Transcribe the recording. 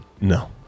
no